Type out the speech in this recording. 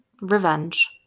revenge